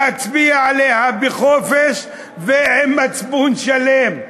להצביע עליה בחופשיות ובמצפון שלם.